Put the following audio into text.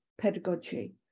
pedagogy